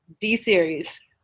D-Series